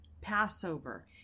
Passover